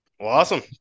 Awesome